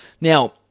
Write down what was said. Now